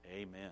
Amen